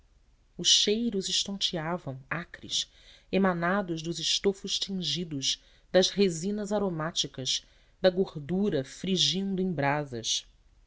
cheiros estonteavam acres emanados dos estofos tingidos das resinas aromáticas da gordura frigindo em brasas